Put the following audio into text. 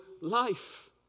life